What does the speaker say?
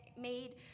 made